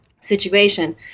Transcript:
situation